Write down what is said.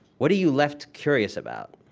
what are you left curious about?